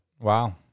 Wow